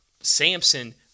Samson